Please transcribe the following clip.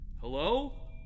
Hello